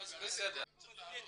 --- אז בסדר.